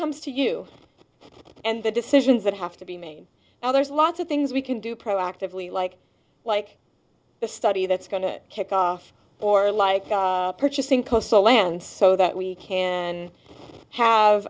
comes to you and the decisions that have to be made others lots of things we can do proactively like like the study that's going to kick off or like purchasing coastal land so that we can have